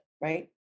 right